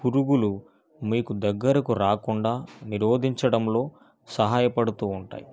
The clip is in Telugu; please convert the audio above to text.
పురుగులు మీకు దగ్గరకు రాకుండా నిరోధించడంలో సహాయపడుతూ ఉంటాయి